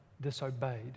disobeyed